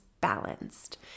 balanced